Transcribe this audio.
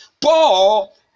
Paul